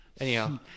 Anyhow